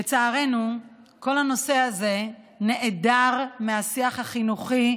לצערנו כל הנושא הזה נעדר מהשיח החינוכי,